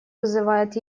вызывает